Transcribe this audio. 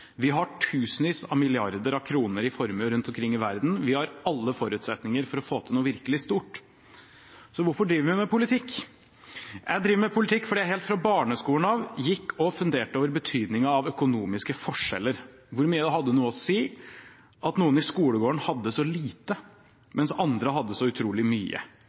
Vi har tusenvis av milliarder av kroner i formue rundt omkring i verden. Vi har alle forutsetninger for å få til noe virkelig stort. Så hvorfor driver vi med politikk? Jeg driver med politikk fordi jeg helt fra barneskolen av gikk og funderte over betydningen av økonomiske forskjeller – hvor mye det hadde å si at noen i skolegården hadde så lite, mens andre hadde så utrolig mye,